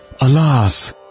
Alas